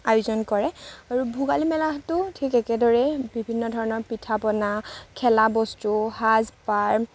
আয়োজন কৰে আৰু ভোগালী মেলাতো ঠিক একেদৰেই বিভিন্ন ধৰণৰ পিঠা পনা খেলা বস্তু সাজ পাৰ